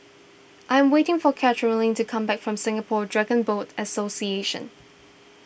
I am waiting for Karolyn to come back from Singapore Dragon Boat Association